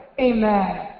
amen